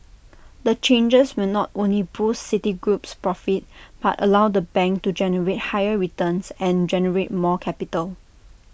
the changes will not only boost Citigroup's profits but allow the bank to generate higher returns and generate more capital